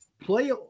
Play